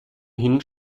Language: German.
hin